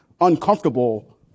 uncomfortable